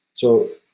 so,